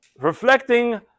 reflecting